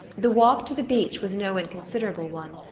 the walk to the beach was no inconsiderable one,